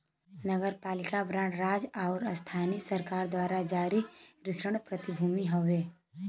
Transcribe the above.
नगरपालिका बांड राज्य आउर स्थानीय सरकार द्वारा जारी ऋण प्रतिभूति हौ